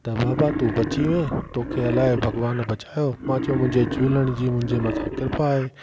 त बाबा तूं बची वएं तोखे अलाए भॻिवानु बचायो मां चयो मुंहिंजे झूलण जी मुंहिंजे मथां कृपा आहे